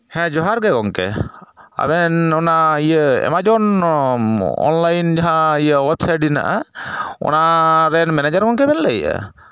ᱦᱮᱸ ᱡᱚᱦᱟᱨ ᱜᱮ ᱜᱚᱢᱠᱮ ᱟᱞᱮ ᱚᱱᱟ ᱤᱭᱟᱹ ᱮᱢᱟᱡᱚᱱ ᱚᱱᱞᱟᱭᱤᱱ ᱡᱟᱦᱟᱸ ᱤᱭᱟᱹ ᱳᱭᱮᱵᱽᱥᱟᱭᱤᱴ ᱢᱮᱱᱟᱜᱼᱟ ᱚᱱᱟᱨᱮᱱ ᱢᱮᱱᱮᱡᱟᱨ ᱜᱚᱢᱠᱮ ᱵᱮᱱ ᱞᱟᱹᱭ ᱮᱫᱼᱟ